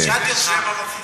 שאלתי אותך,